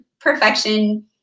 perfection